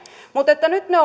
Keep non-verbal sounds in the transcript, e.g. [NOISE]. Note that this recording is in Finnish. mutta nyt me [UNINTELLIGIBLE]